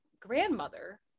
grandmother